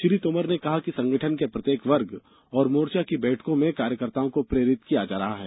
श्री तोमर ने कहा कि संगठन के प्रत्येक वर्ग और मोर्चा की बैठकों में कार्यकर्ताओं को प्रेरित किया जा रहा है